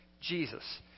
Jesus